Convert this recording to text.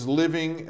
living